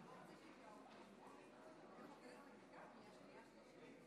לקריאה שנייה וקריאה שלישית.